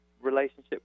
relationship